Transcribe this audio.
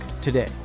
today